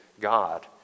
God